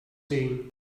saying